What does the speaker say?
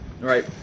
Right